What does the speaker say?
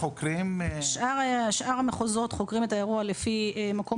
שאר המחוזות חוקרים את האירוע לפי המקום